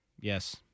Yes